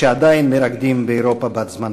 שעדיין מרקדים באירופה בת-זמננו.